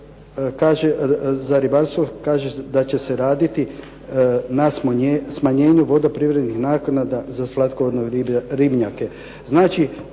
da ribarstvo, kaže da će se raditi na smanjenju vodoprivrednih naknada za slatkovodne ribnjake.